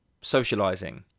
socializing